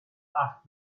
asked